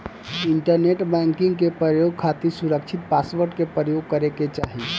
internet banking के प्रयोग खातिर सुरकछित पासवर्ड के परयोग करे के चाही